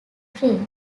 free